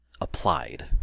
applied